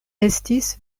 estis